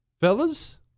Fellas